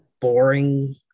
boring